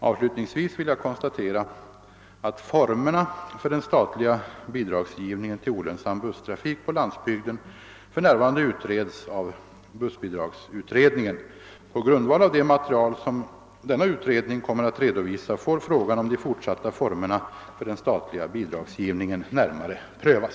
Avslutningsvis vill jag konstatera att formerna för den statliga bidragsgivningen till olönsam busstrafik på landsbygden för närvarande utreds av bussbidragsutredningen. På grundval av det material som denna utredning kommer att redovisa får frågan om de fortsatta formerna för den statliga bidragsgivningen närmare prövas.